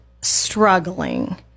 struggling